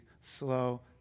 slow